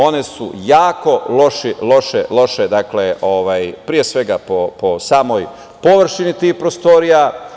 One su jako loše, pre svega po samoj površini tih prostorija.